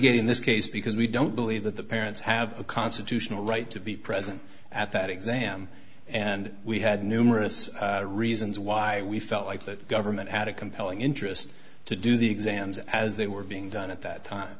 litigating this case because we don't believe that the parents have a constitutional right to be present at that exam and we had numerous reasons why we felt like the government had a compelling interest to do the exams as they were being done at that time